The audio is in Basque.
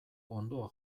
hondoa